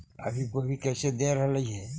अभी गोभी कैसे दे रहलई हे?